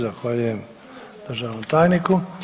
Zahvaljujem državnom tajniku.